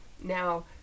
Now